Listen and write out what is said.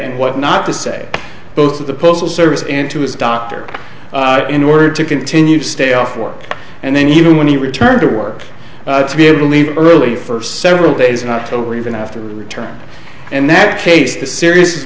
and what not to say both of the postal service and to his doctor in order to continue to stay off work and then even when he returned to work to be able to leave early for several days in october even after he returned and that chased the serious